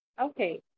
Okay